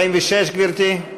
גברתי,